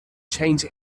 change